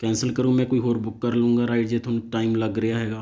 cancel ਕਰੋ ਮੈਂ ਕੋਈ ਹੋਰ ਬੁੱਕ ਕਰ ਲੂੰਗਾ ਰਾਈਡ ਜੇ ਤੁਹਾਨੂੰ ਟਾਈਮ ਲੱਗ ਰਿਹਾ ਹੈਗਾ